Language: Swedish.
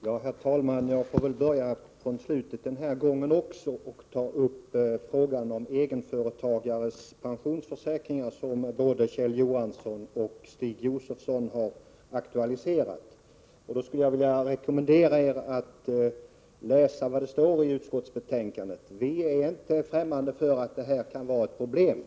Herr talman! Jag får väl börja från slutet den här gången också och ta upp frågan om egenföretagares pensionsförsäkringar, som både Kjell Johansson och Stig Josefson har aktualiserat. Jag skulle vilja rekommendera er att läsa vad det står i utskottsbetänkandet. Vi är inte främmande för att detta kan vara ett problem.